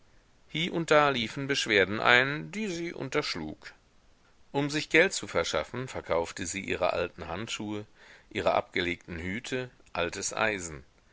hie und da liefen beschwerden ein die sie unterschlug um sich geld zu verschaffen verkaufte sie ihre alten handschuhe ihre abgelegten hüte altes eisen